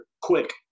quick